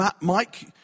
Mike